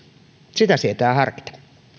sitä sietää harkita